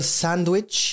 sandwich